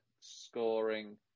scoring